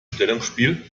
stellungsspiel